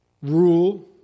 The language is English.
rule